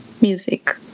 music